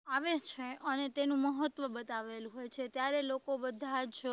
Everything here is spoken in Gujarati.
આવે છે અને તેનું મહત્ત્વ બતાવેલું હોય છે ત્યારે લોકો બધાં જ